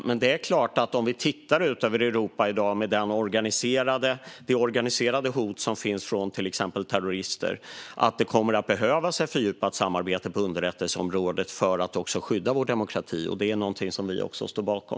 Men om vi tittar ut över Europa i dag med det organiserade hot som finns från till exempel terrorister ser vi att det kommer att behövas ett fördjupat samarbete på underrättelseområdet för att skydda vår demokrati. Detta är något som vi står bakom.